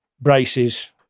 braces